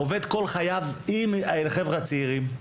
עובד כל חייו עם החבר'ה הצעירים.